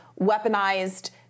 weaponized